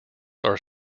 are